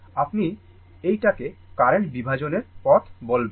আপনি এইটাকে কারেন্ট বিভাজনের পথ বলবেন